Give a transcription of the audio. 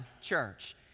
church